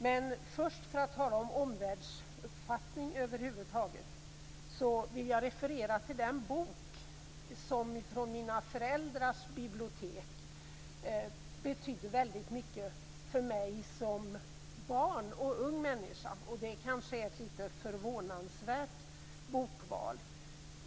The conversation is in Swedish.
Men först, för att tala om omvärldsuppfattning över huvud taget, vill jag referera till den bok från mina föräldrars bibliotek som betydde väldigt mycket för mig som barn och ung människa. Den kanske är ett lite förvånansvärt bokval.